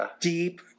deep